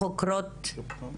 אני לא יודעת,